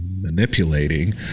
manipulating